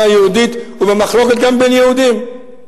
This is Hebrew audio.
יהודית הוא במחלוקת גם בין יהודים,